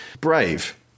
Brave